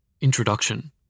Introduction